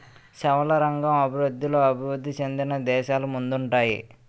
సేవల రంగం అభివృద్ధిలో అభివృద్ధి చెందిన దేశాలు ముందుంటాయి